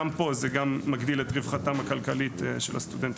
גם פה זה מגדיל את רווחתם הכלכלית של הסטודנטים,